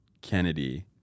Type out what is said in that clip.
Kennedy